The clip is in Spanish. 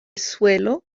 suelo